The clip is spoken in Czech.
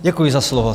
Děkuji za slovo.